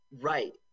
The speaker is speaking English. Right